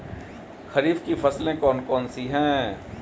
खरीफ की फसलें कौन कौन सी हैं?